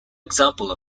example